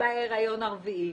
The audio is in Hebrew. בהריון הרביעי.